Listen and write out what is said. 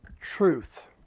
truth